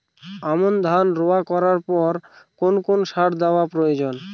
আমন ধান রোয়া করার পর কোন কোন সার দেওয়া প্রয়োজন?